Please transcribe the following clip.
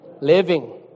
Living